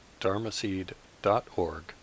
dharmaseed.org